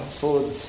food